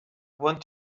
want